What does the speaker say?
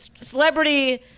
celebrity